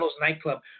nightclub